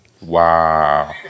Wow